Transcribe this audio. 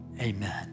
amen